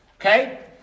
okay